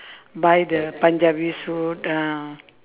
buy the punjabi suit uh